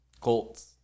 Colts